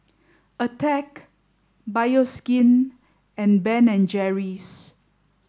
attack Bioskin and Ben and Jerry's